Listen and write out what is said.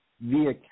via